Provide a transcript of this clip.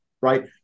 right